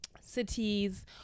cities